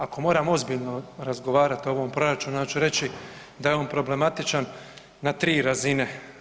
Ako moram ozbiljno razgovarat o ovom proračunu onda ću reći da je on problematičan na 3 razine.